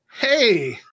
Hey